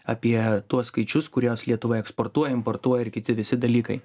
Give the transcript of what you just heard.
apie tuos skaičius kuriuos lietuva eksportuoja importuoja ir kiti visi dalykai